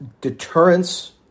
deterrence